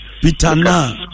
Pitana